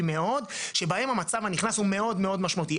מאוד שבהם המצב הנכנס הוא מאוד מאוד משמעותי.